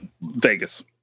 Vegas